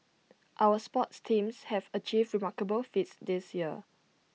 our sports teams have achieved remarkable feats this year